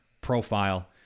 profile